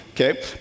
okay